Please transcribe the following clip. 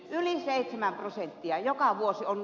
läheisen ymmärsin ja joka vuosi on